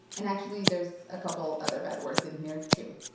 and, actually, there's a couple other bad words in here, too